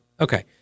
Okay